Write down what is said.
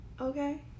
okay